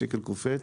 השקל קופץ,